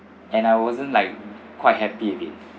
and I wasn't like quite happy with it